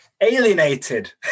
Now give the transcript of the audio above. alienated